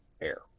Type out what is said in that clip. air